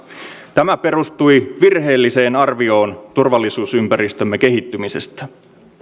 tämä perustui virheelliseen arvioon turvallisuusympäristömme kehittymisestä